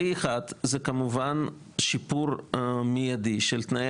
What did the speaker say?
כלי אחד זה כמובן שיפור מידי של תנאי